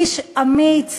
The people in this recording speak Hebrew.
איש אמיץ